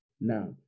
Now